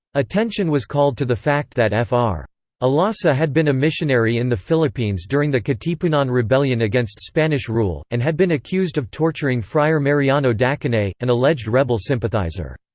attention was called to the fact that fr. olaso had been a missionary in the philippines during the katipunan rebellion against spanish rule, and had been accused of torturing friar mariano dacanay, an alleged rebel sympathizer.